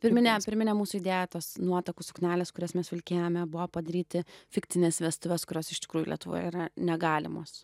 pirminė pirminė mūsų idėja tos nuotakų suknelės kurias mes vilkėjome buvo padaryti fikcinės vestuvės kurios iš tikrųjų lietuvoje yra negalimos